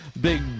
big